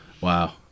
wow